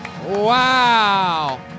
Wow